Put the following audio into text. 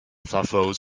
throttle